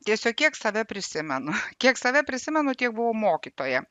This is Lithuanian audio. tiesiog kiek save prisimenu kiek save prisimenu tiek buvau mokytoja